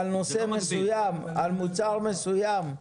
על נושא מסוים, על מוצר מסוים.